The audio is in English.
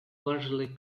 largely